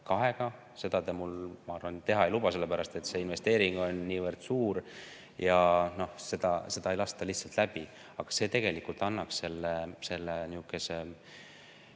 kahega. Seda te mul, ma arvan, teha ei luba, sellepärast et see investeering on niivõrd suur ja seda seda ei lastaks lihtsalt läbi. Aga see tegelikult annaks selle